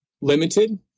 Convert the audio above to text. limited